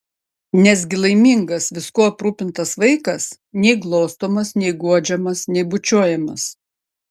nesgi laimingas viskuo aprūpintas vaikas nei glostomas nei guodžiamas nei bučiuojamas